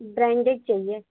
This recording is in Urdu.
برانڈیڈ چاہیے